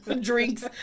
drinks